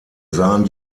sahen